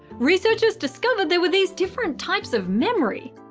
researchers discovered there were these different types of memory.